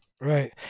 Right